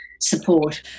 Support